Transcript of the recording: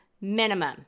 minimum